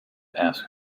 ask